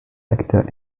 actor